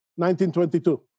1922